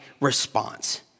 response